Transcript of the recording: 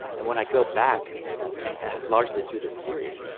and when i go back and largely through this series,